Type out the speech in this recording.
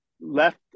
left